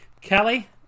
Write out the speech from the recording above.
Kelly